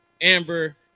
Amber